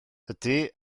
ydy